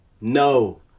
No